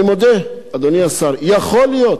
שיכול להיות שהאינפורמציה שבידי